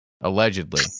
Allegedly